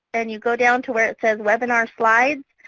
and you go down to where it says webinar slides.